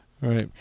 Right